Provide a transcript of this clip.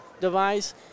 device